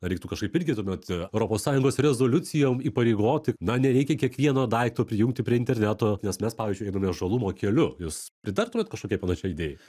reiktų kažkaip irgi tuomet europos sąjungos rezoliucijom įpareigoti na nereikia kiekvieno daikto prijungti prie interneto nes mes pavyzdžiui einame žalumo keliu jūs pritartumėt kažkokiai panašiai idėjai